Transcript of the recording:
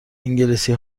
انگلیسی